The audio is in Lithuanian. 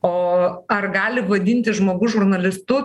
o ar gali vadintis žmogus žurnalistu